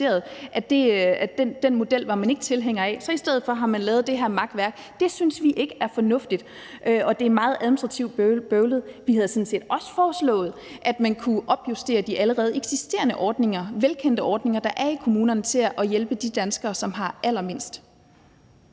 af den model, og så har man i stedet lavet det her makværk; det synes vi ikke er fornuftigt, og det er meget administrativt bøvlet – og så havde vi sådan set også foreslået, at man kunne opjustere de allerede eksisterende, velkendte ordninger, der er i kommunerne, til at hjælpe de danskere, som har allermindst.